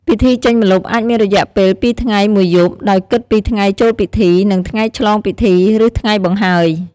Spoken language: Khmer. ពិធីចេញម្លប់អាចមានរយៈពេល ២ ថ្ងៃ ១ យប់ ដោយគិតពីថ្ងៃចូលពិធី និងថ្ងៃឆ្លងពិធី ឬថ្ងៃបង្ហើយ។